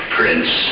Prince